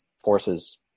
forces